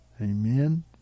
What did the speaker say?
Amen